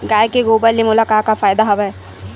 गाय के गोबर ले मोला का का फ़ायदा हवय?